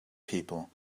people